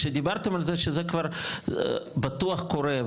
כשדיברתם על זה שזה כבר בטוח קורה,